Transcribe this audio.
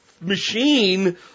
machine